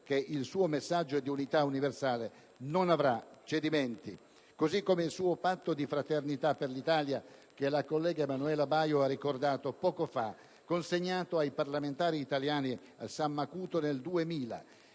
il suo messaggio di unità universale non avrà cedimenti, così come il suo patto di fraternità per l'Italia, che la collega Emanuela Baio ha ricordato poco fa, consegnato ai parlamentari italiani a San Macuto nel 2000,